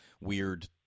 weird